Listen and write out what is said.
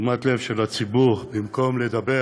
תשומת הלב של הציבור, במקום לדבר